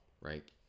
right